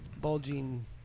bulging